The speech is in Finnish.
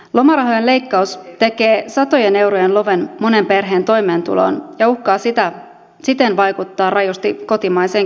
lomarahojen leikkaus tekee satojen eurojen loven monen perheen toimeentuloon ja uhkaa siten vaikuttaa rajusti kotimaiseen kysyntään